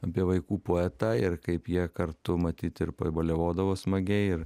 apie vaikų poetą ir kaip jie kartu matyt ir pabaliavodavo smagiai ir